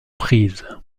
prises